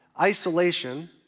isolation